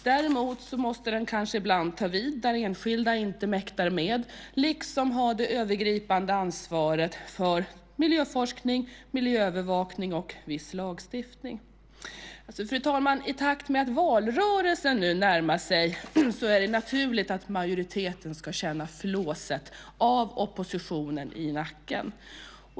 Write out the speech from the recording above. Däremot måste den kanske ibland ta vid där enskilda inte mäktar med liksom ha det övergripande ansvaret för miljöforskning, miljöövervakning och viss lagstiftning. Fru talman! I takt med att valrörelsen närmar sig är det naturligt att majoriteten ska känna flåset av oppositionen i nacken.